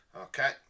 Okay